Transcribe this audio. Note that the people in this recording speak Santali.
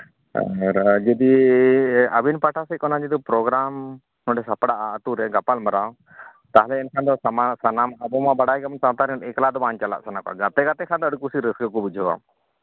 ᱡᱩᱫᱤ ᱟᱹᱵᱤᱱ ᱯᱟᱦᱴᱟ ᱥᱮᱫ ᱠᱷᱚᱱᱟᱜ ᱡᱩᱫᱤ ᱯᱨᱳᱜᱽᱨᱟᱢ ᱱᱚᱰᱮ ᱥᱟᱯᱲᱟᱜᱼᱟ ᱟᱹᱛᱩ ᱨᱮ ᱜᱟᱯᱟᱞ ᱢᱟᱨᱟᱣ ᱛᱟᱦᱞᱮ ᱮᱱᱠᱷᱟᱱ ᱥᱟᱱᱟᱢ ᱟᱵᱚ ᱢᱟ ᱵᱟᱲᱟᱭ ᱜᱮᱭᱟᱵᱚᱱ ᱥᱟᱶᱛᱟ ᱨᱮᱱ ᱮᱠᱞᱟ ᱫᱚ ᱵᱟᱝ ᱪᱟᱞᱟᱜ ᱥᱟᱱᱟ ᱠᱚᱣᱟ ᱜᱟᱛᱮ ᱜᱟᱛᱮ ᱠᱷᱟᱱ ᱫᱚ ᱟᱹᱰᱤ ᱠᱩᱥᱤ ᱨᱟᱹᱥᱠᱟᱹ ᱠᱚ ᱵᱩᱡᱷᱟᱹᱣᱟ